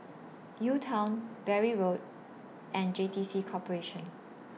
UTown Bury Road and J T C Corporation